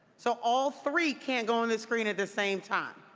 so all three can't go on the screen at the same time.